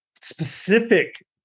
specific